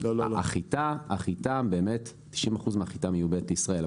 החיטה באמת 90 אחוז מהחיטה מיובאת לישראל,